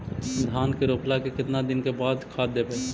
धान के रोपला के केतना दिन के बाद खाद देबै?